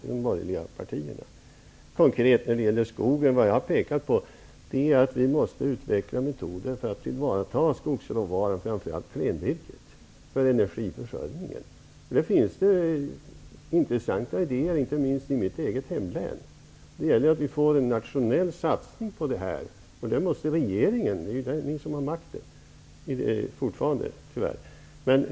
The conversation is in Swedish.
Vad jag konkret vill peka på när det gäller skogen är att vi måste utveckla metoder för att tillvarata skogsråvaran för energiförsörjningen, framför allt klenvirket. Det finns intressanta idéer, inte minst i mitt hemlän, och det gäller att vi får en nationell satsning på detta. Regeringen måste se till det -- ni har ju fortfarande makten, tyvärr.